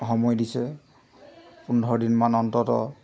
সময় দিছে পোন্ধৰ দিনমান অন্তত